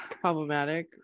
problematic